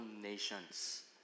nations